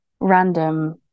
random